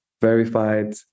verified